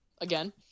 again